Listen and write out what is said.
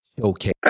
Okay